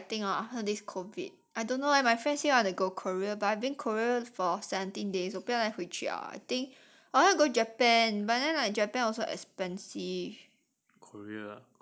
I actually I think ah after this COVID I don't know eh my friends say want to go korea but I've been korea for seventeen days 我不要再回去了啊 I think but I want go japan but then like japan also like expensive